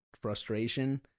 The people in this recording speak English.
frustration